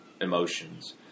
emotions